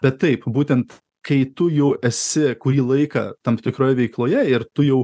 bet taip būtent kai tu jau esi kurį laiką tam tikroj veikloje ir tu jau